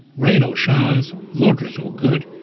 rain or showers moderate or good,